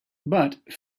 but